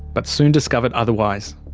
but soon discovered otherwise.